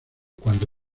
cuando